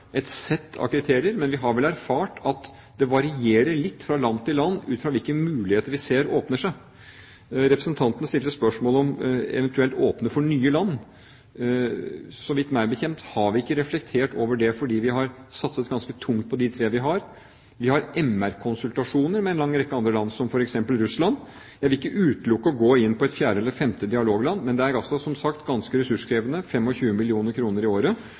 et sett av kriterier, men vi har vel erfart at det varierer litt fra land til land ut fra hvilke muligheter vi ser åpner seg. Representanten stilte spørsmål om eventuelt å åpne for nye land. Meg bekjent har vi ikke reflektert over det fordi vi har satset ganske tungt på de tre vi har. Vi har menneskerettighetskonsultasjoner med en lang rekke andre land, som f.eks. Russland. Jeg vil ikke utelukke å gå inn på et fjerde eller femte dialogland, men det er som sagt ganske ressurskrevende – 25 mill. kr i året.